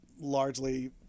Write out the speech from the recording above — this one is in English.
largely –